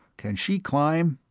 can she climb?